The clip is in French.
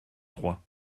trois